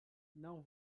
não